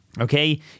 okay